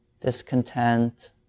discontent